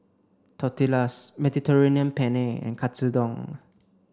Tortillas Mediterranean Penne and Katsudon